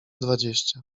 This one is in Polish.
dwadzieścia